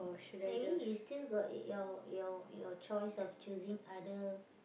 I mean you still got your your your choice of choosing other